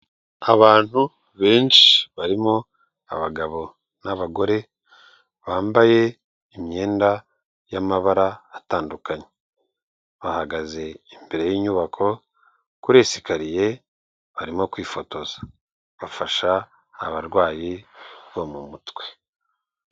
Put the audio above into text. Abantu benshi barimo abagabo n'abagore bambaye imyenda y'amabara atandukanye, bahagaze imbere y'inyubako kuri esokariye barimo kwifotoza, bafasha abarwayi bo mu mutwe.